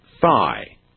thigh